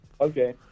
Okay